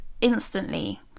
instantly